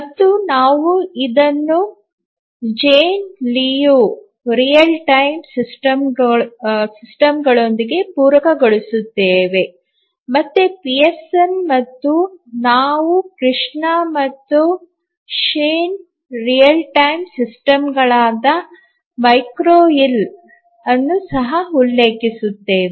ಮತ್ತು ನಾವು ಇದನ್ನು ಪೀಯರ್ಸನ್ ನ ಜೇನ್ ಲಿಯು ರಿಯಲ್ ಟೈಮ್ ಸಿಸ್ಟಮ್ಗಳೊಂದಿಗೆ ಪೂರಕಗೊಳಿಸುತ್ತೇವೆ ಮತ್ತು ಕೃಷ್ಣ ಮತ್ತು ಶಿನ್ ರಿಯಲ್ ಟೈಮ್ ಸಿಸ್ಟಮ್ಗಳಾದ ಮೆಕ್ಗ್ರಾ ಹಿಲ್ ಅನ್ನು ಸಹ ಉಲ್ಲೇಖಿಸುತ್ತೇವೆ